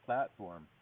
platform